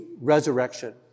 resurrection